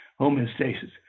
homeostasis